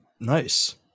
Nice